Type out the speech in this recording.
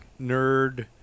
nerd